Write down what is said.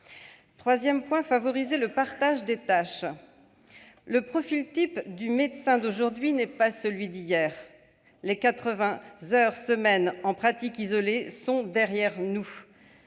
Troisième piste : favoriser le partage des tâches. Le profil type du médecin d'aujourd'hui n'est pas celui d'hier. Les 80 heures par semaine en pratique isolée sont derrière nous